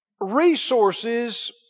resources